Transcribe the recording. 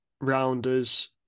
rounders